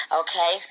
okay